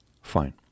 Fine